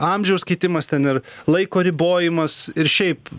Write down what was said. amžiaus kitimas ten ir laiko ribojimas ir šiaip